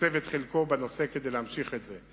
לתקצב את חלקו בנושא, כדי להמשיך את זה.